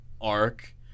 arc